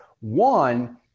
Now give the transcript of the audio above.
one